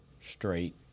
straight